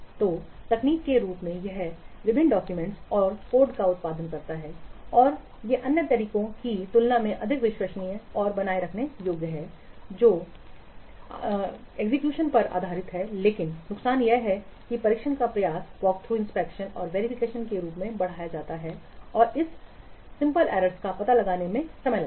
तो तकनीक के रूप में यह एक विभिन्न डाक्यूमेंट्स और कोड का उत्पादन करता है और ये अन्य तरीकों की तुलना में अधिक विश्वसनीय और बनाए रखने योग्य हैं जो निष्पादन आधारित परीक्षण पर आधारित हैं लेकिन नुकसान यह है कि परीक्षण का प्रयास वॉकथ्रू इंस्पेक्शन और वेरिफिकेशन के रूप में बढ़ाया जाता हैऔर इस सरल त्रुटियों का पता लगाने में समय लगता है